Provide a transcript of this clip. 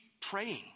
praying